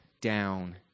down